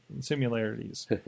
similarities